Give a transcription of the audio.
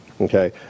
okay